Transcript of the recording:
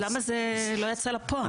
למה זה לא יצא לפועל?